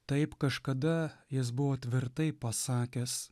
taip kažkada jis buvo tvirtai pasakęs